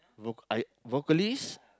vo~ I vocalist